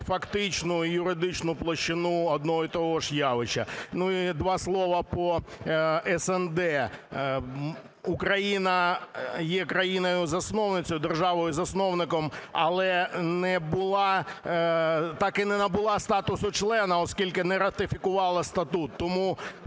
фактичну і юридичну площину одного і того ж явища. Ну, і два слова по СНД. Україна є країною-засновницею, державою-засновником, але не була... так і не набула статусу члена, оскільки не ратифікувала статут. Тому